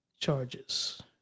charges